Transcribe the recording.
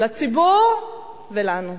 לציבור ולנו.